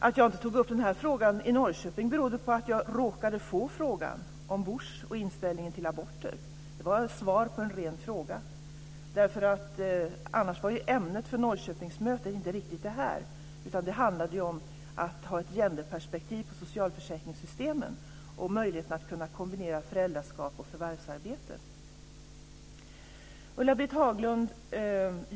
Att jag inte tog upp denna fråga i Norrköping berodde på att jag råkade frågan om Bush och inställningen till aborter. Det var svar på en ren fråga. Annars var ju ämnet för Norrköpingsmötet inte riktigt detta, utan det handlade ju om att ha ett genderperspektiv på socialförsäkringssystemen och om möjligheten att kombinera föräldraskap och förvärvsarbete.